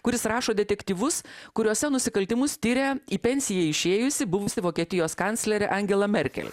kuris rašo detektyvus kuriuose nusikaltimus tiria į pensiją išėjusi buvusi vokietijos kanclerė angela merkel